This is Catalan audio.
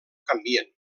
canvien